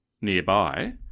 nearby